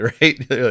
right